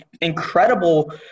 incredible –